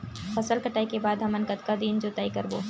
फसल कटाई के बाद हमन कतका दिन जोताई करबो?